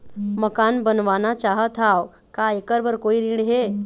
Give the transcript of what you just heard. मकान बनवाना चाहत हाव, का ऐकर बर कोई ऋण हे?